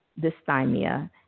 dysthymia